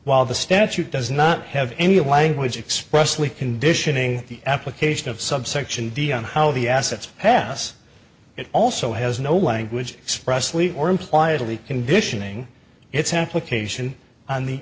while the statute does not have any language expressly conditioning the application of subsection d on how the assets pass it also has no language expressly or imply italy conditioning its application on the